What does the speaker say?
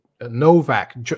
Novak